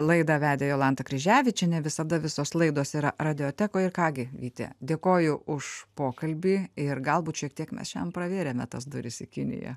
laidą vedė jolanta kryževičienė visada visos laidos yra radiotekoj ir ką gi vyti dėkoju už pokalbį ir galbūt šiek tiek mes šian pravėrėme tas duris į kiniją